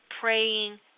praying